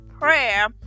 prayer